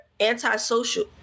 antisocial